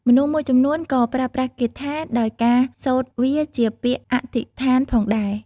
មនុស្សមួយចំនួនក៏ប្រើប្រាស់គាថាដោយការសូត្រវាជាពាក្យអធិស្ឋានផងដែរ។